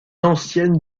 ancienne